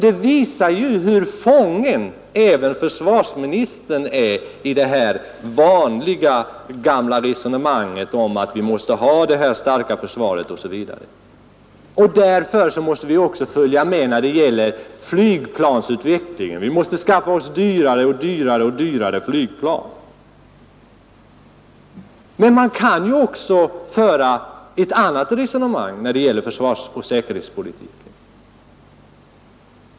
Detta visar hur fången även försvarsministern är i det gamla vanliga resonemanget om att vi måste ha ett starkt försvar. Därför måste vi också följa med när det gäller flygplansutvecklingen; planen måste bli dyrare och dyrare. Men det går också att föra ett annat resonemang i fråga om försvarsoch säkerhetspolitiken.